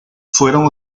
fueron